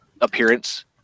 appearance